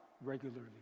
regularly